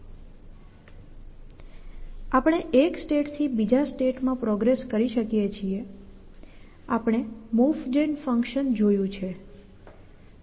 આપણે એક સ્ટેટથી બીજા સ્ટેટમાં પ્રોગ્રેસ કરી શકીએ છીએ આપણે મુવ જેન ફંકશન જોયું છે